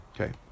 Okay